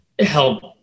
help